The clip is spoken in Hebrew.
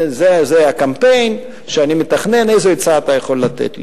זה הקמפיין שאני מתכנן, איזו עצה אתה יכול לתת לי?